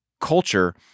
culture